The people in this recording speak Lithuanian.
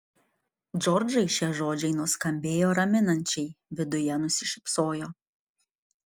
džordžai šie žodžiai nuskambėjo raminančiai viduje nusišypsojo